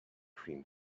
cream